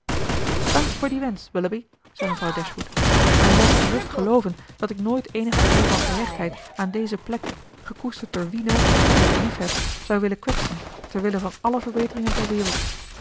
dank voor dien wensch willoughby zei mevrouw dashwood maar je moogt gerust gelooven dat ik nooit eenig gevoel van gehechtheid aan deze plek gekoesterd door wien ook dien ik liefheb zou willen kwetsen terwille van alle verbeteringen ter wereld